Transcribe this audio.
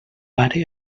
pare